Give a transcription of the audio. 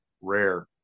rare